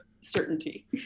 certainty